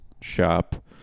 shop